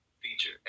feature